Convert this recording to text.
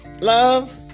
love